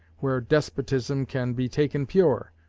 where despotism can be taken pure,